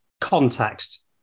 context